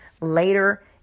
later